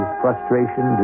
frustration